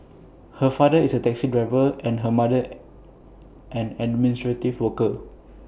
her father is A taxi driver and her mother an administrative worker